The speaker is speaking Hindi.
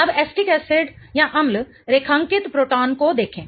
अब एसिटिक एसिडअम्ल रेखांकित प्रोटॉन को देखें